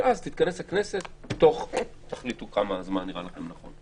שאז תתכנס הכנסת תוך כמה זמן שתחליטו לנכון.